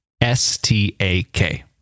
S-T-A-K